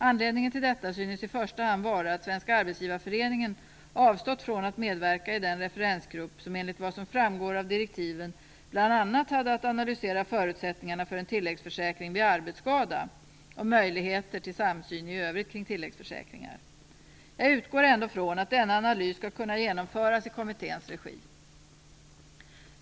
Anledningen till detta synes i första hand vara att Svenska Arbetsgivareföreningen avstått från att medverka i den referensgrupp som enligt vad som framgår av direktiven bl.a. hade att analysera förutsättningarna för en tilläggsförsäkring vid arbetsskada och möjligheter till samsyn i övrigt kring tilläggsförsäkringar. Jag utgår ändå från att denna analys skall kunna genomföras i kommitténs regi.